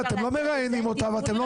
נשאלה